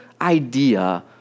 idea